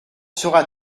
sera